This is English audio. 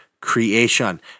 creation